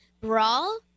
Brawl